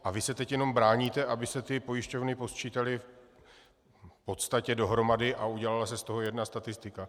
A vy se teď jenom bráníte, aby se ty pojišťovny posčítaly v podstatě dohromady a udělala se z toho jedna statistika.